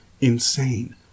insane